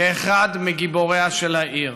כאחד מגיבוריה של העיר.